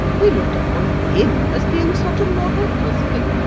we looked upon him as being such a model husband,